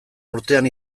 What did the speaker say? urtean